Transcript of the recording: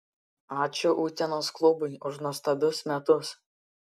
ačiū utenos klubui už nuostabius metus